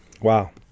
Wow